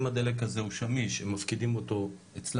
אם הדלק הזה הוא שמיש הם מפקידים אותו אצלם,